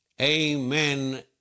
amen